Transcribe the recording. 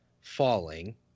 falling